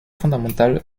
fondamental